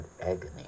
agony